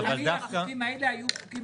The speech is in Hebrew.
תמיד החוקים האלה היו חוקים פרטיים.